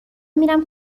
میرم